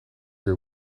your